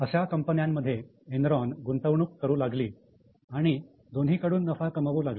अशा कंपन्यांमध्ये एनरॉन गुंतवणूक करू लागली आणि दोन्हीकडून नफा कमवू लागली